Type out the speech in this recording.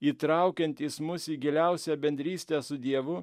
įtraukiantys mus į giliausią bendrystę su dievu